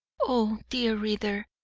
oh, dear reader,